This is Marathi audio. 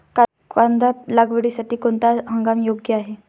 कांदा लागवडीसाठी कोणता हंगाम योग्य आहे?